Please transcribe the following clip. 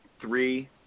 three